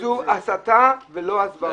אתה צודק, זו הסתה ולא הסברה.